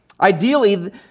Ideally